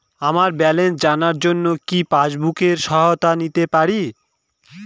আমার ব্যালেন্স জানার জন্য কি পাসবুকের সহায়তা নিতে পারি?